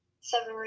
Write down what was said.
seven